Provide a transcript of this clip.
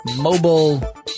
mobile